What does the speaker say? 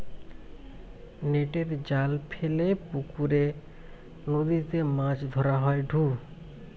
নেটের জাল ফেলে পুকরে, নদীতে মাছ ধরা হয়ঢু